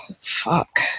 fuck